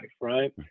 right